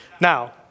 Now